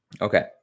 Okay